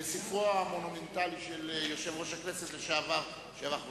בספרו המונומנטלי של יושב-ראש הכנסת לשעבר שבח וייס.